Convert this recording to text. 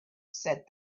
said